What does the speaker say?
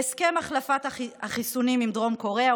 הסכם החלפת החיסונים עם דרום קוריאה